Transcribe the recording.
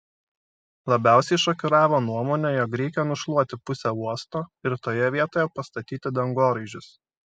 labiausiai šokiravo nuomonė jog reikia nušluoti pusę uosto ir toje vietoje pastatyti dangoraižius